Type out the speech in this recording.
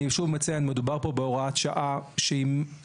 אני שב ומציין: מדובר פה בהוראת שעה שמביאה